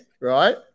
right